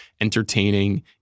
entertaining